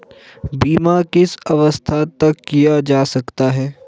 बीमा किस अवस्था तक किया जा सकता है?